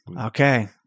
Okay